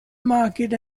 market